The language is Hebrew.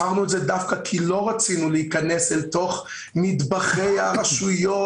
בחרנו את זה דווקא כי לא רצינו להיכנס אל תוך נדבכי הרשויות.